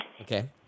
Okay